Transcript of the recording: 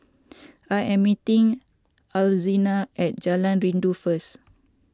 I am meeting Alzina at Jalan Rindu first